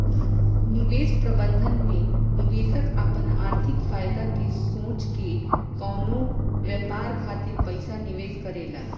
निवेश प्रबंधन में निवेशक आपन आर्थिक फायदा के सोच के कवनो व्यापार खातिर पइसा निवेश करेला